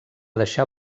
deixar